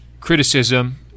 criticism